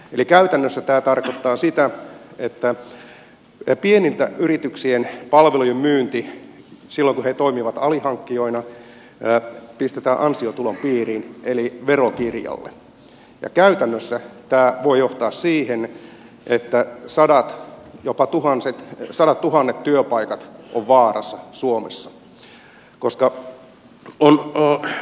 eli käytännössä tämä tarkoittaa sitä että pienten yrityksien palvelujen myynti silloin kun ne toimivat alihankkijoina pistetään ansiotulon piiriin eli verokirjalle ja käytännössä tämä voi johtaa siihen että jopa sadattuhannet työpaikat ovat vaarassa suomessa